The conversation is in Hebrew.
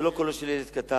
זה לא קולו של ילד קטן.